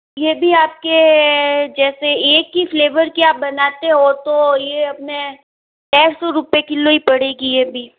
ये भी आप के जैसे एक ही फ़्लेवर की आप बनाते हो तो ये अपने डेढ़ सौ रुपये किलो ही पड़ेगी ये भी